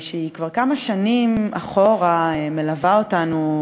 שכבר כמה שנים מלווה אותנו,